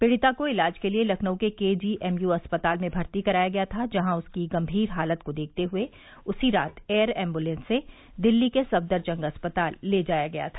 पीड़िता को इलाज के लिए लखनऊ के केजीएमयू अस्पताल में भर्ती कराया गया था जहां उसकी गंभीर हालत को देखते हुए उसी रात एयर एम्बुलेंस से दिल्ली के सफदरजंग अस्पताल ले जाया गया था